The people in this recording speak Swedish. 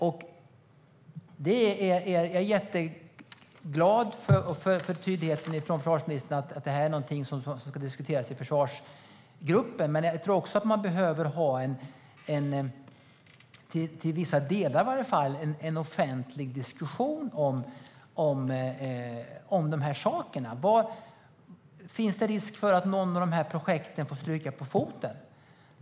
Jag är glad över försvarsministerns tydlighet med att detta ska diskuteras i försvarsgruppen, men jag tror att vi också behöver ha en offentlig diskussion om detta, åtminstone i vissa delar. Finns det risk för att något av dessa projekt får stryka på foten?